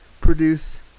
produce